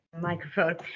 microphone